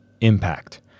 impact